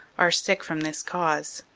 are sick from this cause.